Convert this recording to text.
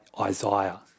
Isaiah